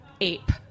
ape